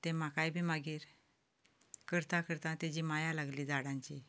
तें म्हाकाय बी मागीर करतां करतां तांची माया लागली झाडांची